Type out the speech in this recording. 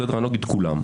אני לא אגיד כולם.